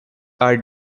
are